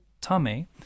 Tame